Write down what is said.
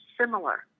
similar